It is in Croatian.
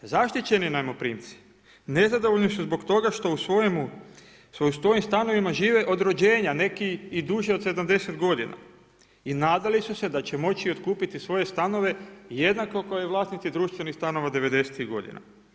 Zaštićeni najmoprimci nezadovoljni su zbog toga što u svojim stanovima žive od rođenja, neki i duže od 70 godina i nadali su se da će moći otkupiti svoje stanove jednako kao i vlasnici društvenih stanova devedesetih godina.